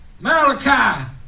Malachi